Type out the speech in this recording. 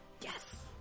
Yes